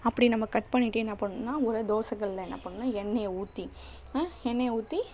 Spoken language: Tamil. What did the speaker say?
அப்படி நம்ம கட் பண்ணிகிட்டு என்ன பண்ணுன்னா ஒரு தோசை கல்லில் என்ன பண்ணுன்னா எண்ணெயை ஊற்றி எண்ணெயை ஊற்றி